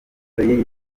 y’iyi